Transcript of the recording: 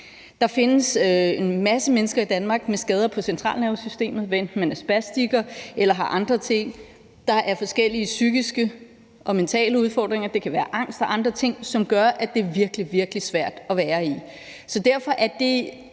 Der findes en masse mennesker i Danmark med skader på centralnervesystemet, hvad enten man er spastiker eller har andre ting. Der er forskellige psykiske og mentale udfordringer, det kan være angst og andre ting, som gør, at det er virkelig, virkelig svært at være i. Derfor er det